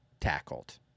tackled